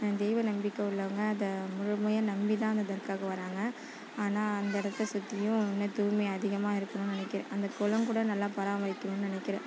தெய்வ நம்பிக்கை உள்ளவங்க அதை முழுமையாக நம்பிதான் அந்த தர்காவுக்கு வராங்க ஆனால் அந்த இடத்த சுற்றியும் வந்து தூய்மை அதிகமாக இருக்கும்னு நினக்கிறன் அந்த குளம் கூட நல்லா பராமரிக்கணும்னு நினக்கிறன்